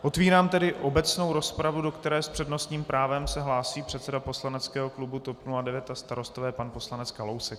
Otvírám tedy obecnou rozpravu, do které se s přednostním právem hlásí předseda poslaneckého klubu TOP 09 a Starostové pan poslanec Kalousek.